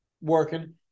working